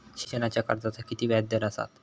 शिक्षणाच्या कर्जाचा किती व्याजदर असात?